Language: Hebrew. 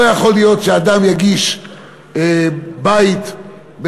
לא יכול להיות שאדם יגיש בקשה לאישור בית בתל-אביב,